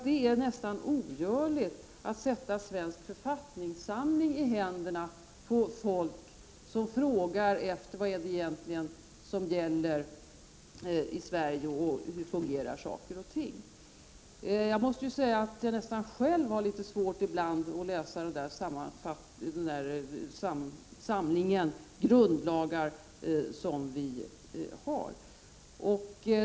Det är ju nästan ogörligt att sätta Svensk författningssamling i händerna på människor som frågar vad som egentligen gäller i Sverige och hur saker och ting fungerar. Jag måste medge att jag själv ibland nog har litet svårt att läsa den samling grundlagar som vi har här i Sverige.